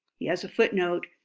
he has a footnote,